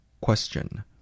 Question